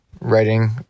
writing